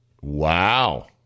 Wow